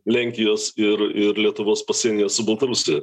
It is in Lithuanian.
lenkijos ir ir lietuvos pasienyje su baltarusija